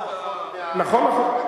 מאוד, נכון.